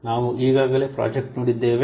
ನಾವು ಈಗಾಗಲೇ ಪ್ರಾಜೆಕ್ಟ್ ನೋಡಿದ್ದೇವೆ